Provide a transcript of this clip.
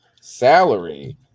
salary